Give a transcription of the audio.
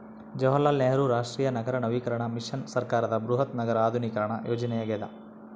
ಜವಾಹರಲಾಲ್ ನೆಹರು ರಾಷ್ಟ್ರೀಯ ನಗರ ನವೀಕರಣ ಮಿಷನ್ ಸರ್ಕಾರದ ಬೃಹತ್ ನಗರ ಆಧುನೀಕರಣ ಯೋಜನೆಯಾಗ್ಯದ